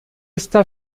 está